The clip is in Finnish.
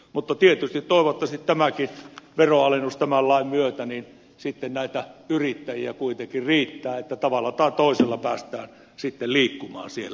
mutta toivottavasti tämänkin veronalennuksen tämän lain myötä sitten näitä yrittäjiä kuitenkin riittää että tavalla tai toisella päästään sitten liikkumaan siellä